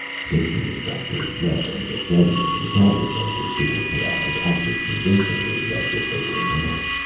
certainly dr. lett and the president and the cabinet members who were paras acted convincingly as if they were not.